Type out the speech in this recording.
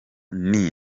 nti